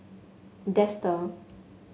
Dester